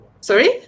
Sorry